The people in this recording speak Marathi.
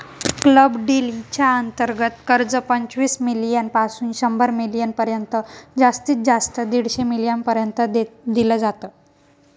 क्लब डील च्या अंतर्गत कर्ज, पंचवीस मिलीयन पासून शंभर मिलीयन पर्यंत जास्तीत जास्त दीडशे मिलीयन पर्यंत दिल जात